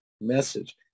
message